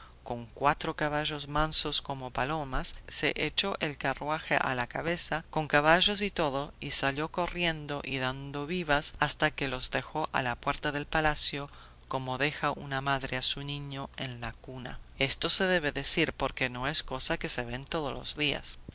con cuatro caballos mansos como palomas se echó el carruaje a la cabeza con caballos y todo y salió corriendo y dando vivas hasta que los dejó a la puerta del palacio como deja una madre a su niño en la cuna esto se debe decir porque no es cosa que se ve todos los días